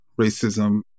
racism